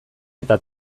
eta